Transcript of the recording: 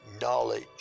knowledge